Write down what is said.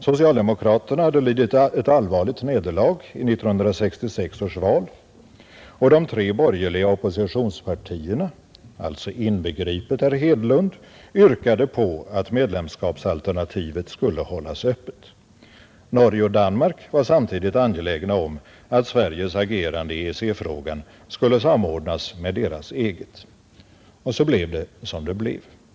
Socialdemokraterna hade lidit ett allvarligt nederlag i 1966 års val, och de tre borgerliga oppositionspartierna — alltså inbegripet även herr Hedlund — yrkade på att medlemskapsalternativet skulle hållas öppet. Norge och Danmark var samtidigt angelägna om att Sveriges agerande i EEC-frågan skulle samordnas med deras eget. Och så blev det som det blev.